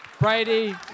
Brady